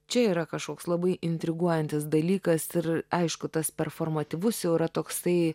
čia yra kažkoks labai intriguojantis dalykas ir aišku tas performatyvus jau yra toksai